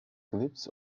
glyphs